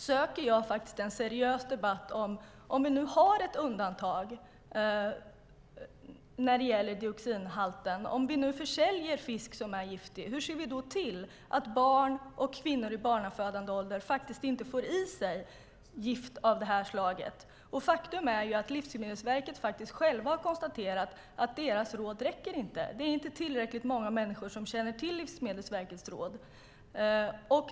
När vi nu har ett undantag vad gäller dioxinhalten och säljer fisk som är giftig, hur ser vi då till att barn och kvinnor i barnafödande ålder inte får i sig detta gift? Jag efterlyser en seriös debatt om detta. Faktum är att Livsmedelsverket har konstaterat att de egna råden inte räcker. Det är inte tillräckligt många människor som känner till Livsmedelsverkets råd.